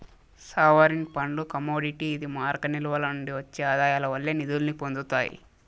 sovereign ఫండ్లు commodity ఇది మారక నిల్వల నుండి ఒచ్చే ఆదాయాల వల్లే నిదుల్ని పొందతాయి